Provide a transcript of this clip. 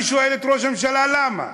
אני שואל את ראש הממשלה: למה?